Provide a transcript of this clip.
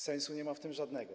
Sensu nie ma w tym żadnego.